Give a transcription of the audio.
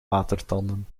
watertanden